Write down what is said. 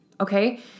okay